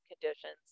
conditions